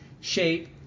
shape